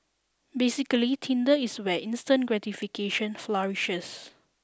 basically Tinder is where instant gratification flourishes